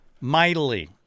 mightily